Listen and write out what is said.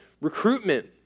recruitment